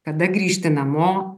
kada grįžti namo